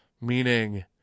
Meaning